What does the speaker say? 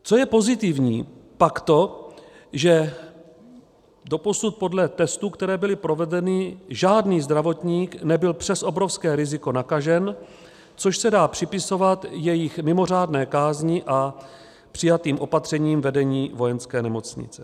Co je pozitivní, pak to, že doposud podle testů, které byly provedeny, žádný zdravotník nebyl přes obrovské riziko nakažen, což se dá připisovat jejich mimořádné kázni a přijatým opatřením vedení Vojenské nemocnice.